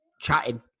chatting